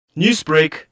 Newsbreak